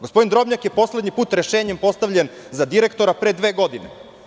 Gospodin Drobnjak je poslednji put rešenjem postavljen za direktora pre dve godine.